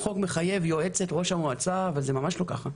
מחייב יועצת ראש המועצה אבל זה ממש לא ככה.